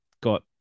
got